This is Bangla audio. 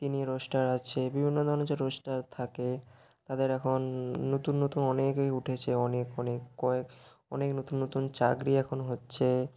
তিনি রোস্টার আছে বিভিন্ন ধরনের যে রোস্টার থাকে তাদের এখন নতুন নতুন অনেকই উঠেছে অনেক অনেক কয়েক অনেক নতুন নতুন চাকরি এখন হচ্ছে